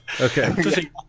Okay